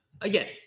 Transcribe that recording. again